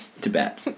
Tibet